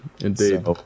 Indeed